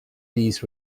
this